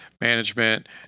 management